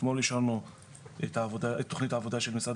אתמול אישרנו את תכנית העבודה של משרד